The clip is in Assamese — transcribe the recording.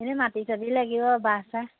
এনেই মাটি চাটি লাগিব বাঁহ চাহ